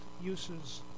uses